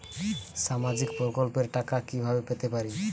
সামাজিক প্রকল্পের টাকা কিভাবে পেতে পারি?